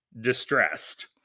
distressed